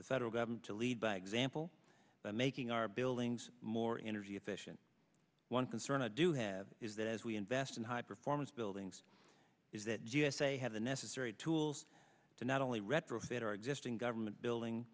the federal government to lead by example by making our buildings more energy efficient one concern i do have is that as we invest in high performance buildings is that g s a have the necessary tools to not only retrofit our existing government building